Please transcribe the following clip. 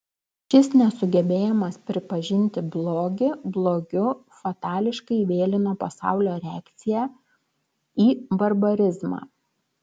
šis nesugebėjimas pripažinti blogį blogiu fatališkai vėlino pasaulio reakciją į barbarizmą